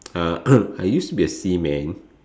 uh I used to be a seaman